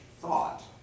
thought